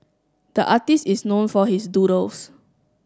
the artist is known for his doodles